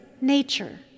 nature